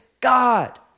God